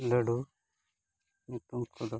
ᱞᱟᱹᱰᱩ ᱧᱩᱛᱩᱢ ᱠᱚᱫᱚ